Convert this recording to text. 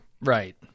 Right